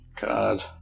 God